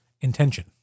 intention